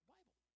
Bible